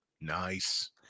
Nice